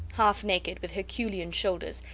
half naked, with herculean shoulders,